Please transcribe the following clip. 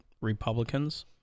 Republicans